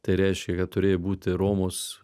tai reiškia kad turėjo būti romos